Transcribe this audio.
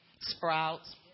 Sprouts